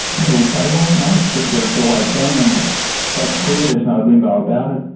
people would say well no, it's just what it's always been and that's clear, there's no limbo about it.